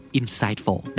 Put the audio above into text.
insightful